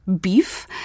Beef